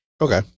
Okay